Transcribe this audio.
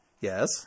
Yes